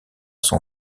son